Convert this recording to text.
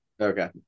Okay